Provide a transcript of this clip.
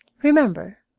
remember,